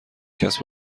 کسب